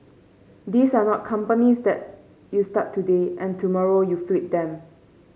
these are not companies that you start today and tomorrow you flip them